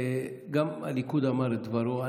גם הליכוד אמר את דברו,